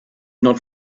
not